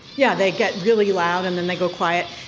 yeah they get really loud and then they go quiet.